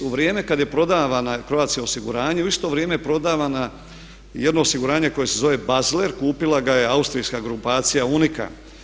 U vrijeme kad je prodavana Croatia osiguranje u isto vrijeme prodavana jedno osiguranje koje se zove Basler, kupila ga je austrijska grupacija Uniqa.